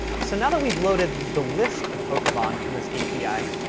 so now that we've loaded the list of pokemon from this api,